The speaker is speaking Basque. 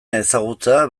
ezagutza